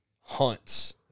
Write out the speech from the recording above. hunts